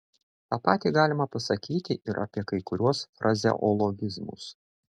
tą patį galima pasakyti ir apie kai kuriuos frazeologizmus